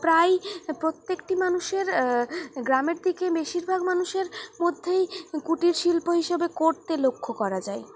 প্রায়ই প্রত্যেকটি মানুষের গ্রামের দিকে বেশিরভাগ মানুষের মধ্যেই কুটির শিল্প হিসাবে করতে লক্ষ্য করা যায়